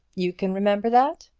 you can remember that?